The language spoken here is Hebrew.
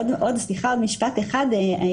עוד משפט אחד אחרון,